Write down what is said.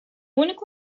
único